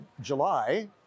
July